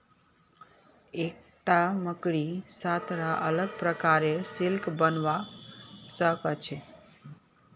एकता मकड़ी सात रा अलग प्रकारेर सिल्क बनव्वा स ख छ